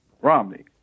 Romney